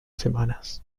semanas